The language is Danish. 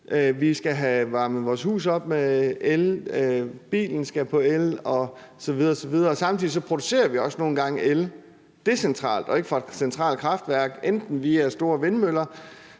Vi skal have varmet vores huse op med el, bilen skal på el osv. osv., og samtidig producerer vi også nogle gange el decentralt og ikke fra et centralt kraftværk, enten via store vindmøller,